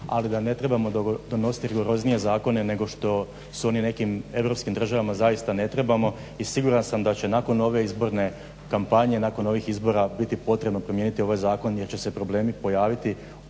ali da ne trebamo donositi rigoroznije zakone nego što su oni u nekim europskim državama zaista ne trebamo i siguran sam da će nakon ove izborne kampanje, nakon ovih izbora biti potrebno promijeniti ovaj zakon jer će se problemi pojaviti.